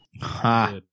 ha